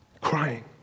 crying